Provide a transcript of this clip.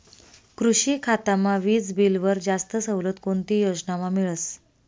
कृषी खातामा वीजबीलवर जास्त सवलत कोणती योजनामा मिळस?